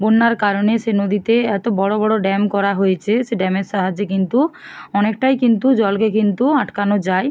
বন্যার কারণে সে নদীতে এত বড় বড় ড্যাম করা হয়েছে সে ড্যামের সাহায্যে কিন্তু অনেকটাই কিন্তু জলকে কিন্তু আটকানো যায়